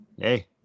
hey